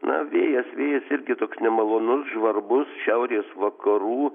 na vėjas vėjas irgi toks nemalonus žvarbus šiaurės vakarų